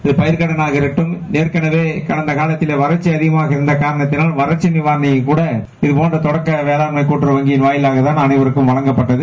இது பயிர்க்கடனாக இருக்கலாம் ஏற்களவே கடந்த காலத்திலே வறட்சி அதிகமாக இருந்ததான் காரணமாகத்தான் வறட்சி நிவாரணம் கூட இதபோன்ற தொடக்க வேளான்மை கூட்டுறவு வங்கிகள் வாயிலாகத்தான் அனைவருக்கும் வழங்கப்பட்டது